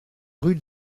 rue